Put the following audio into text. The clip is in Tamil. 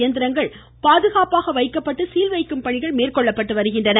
இயந்திரங்கள் பாதுகாப்பாக வைக்கப்பட்டு சீல் வைக்கும்பணிகள் மேற்கொள்ளப்பட்டு வருகின்றன